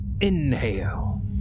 Inhale